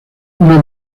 una